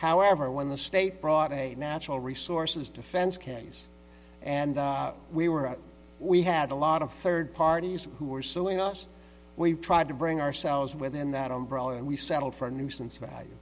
however when the state brought a natural resources defense case and we were we had a lot of third parties who were suing us we tried to bring ourselves within that umbrella and we settled for nuisance